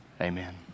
amen